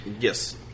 Yes